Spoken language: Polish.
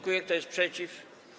Kto jest przeciw?